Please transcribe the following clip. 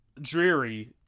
dreary